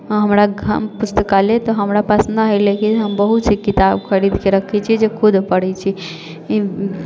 हमरा घर पुस्तकालय तऽ हमरा पास नहि हइ लेकिन हम बहुत से किताब खरीदके रखै छी जे खुद पढ़ै छी